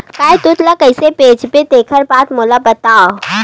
गाय दूध ल कइसे बेचबो तेखर बारे में बताओ?